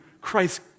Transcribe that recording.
Christ